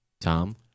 Tom